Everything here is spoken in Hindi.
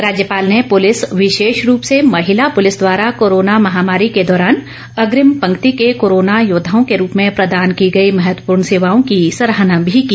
राज्यपाल ने पूलिस विशेष रूप से महिला पूलिस द्वारा कोरोना महामारी के दौरान अग्रिम पंक्ति के कोरोना योद्वाओं के रूप में प्रदान की गई महत्वपूर्ण सेवाओं की भी सराहना की